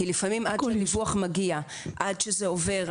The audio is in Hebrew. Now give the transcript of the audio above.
לפעמים עד שהדיווח מגיע וזה עובר,